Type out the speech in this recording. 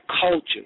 culture